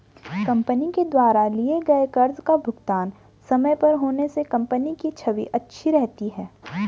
company के द्वारा लिए गए कर्ज का भुगतान समय पर होने से कंपनी की छवि अच्छी रहती है